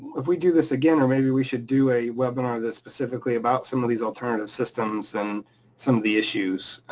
if we do this again or maybe we should do a webinar that's specifically about some of these alternative systems and some of the issues.